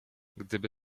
gdyby